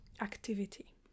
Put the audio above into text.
activity